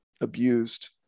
abused